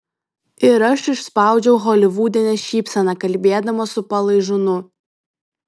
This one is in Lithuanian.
ir aš išspaudžiau holivudinę šypseną kalbėdamas su palaižūnu